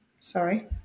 sorry